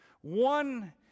One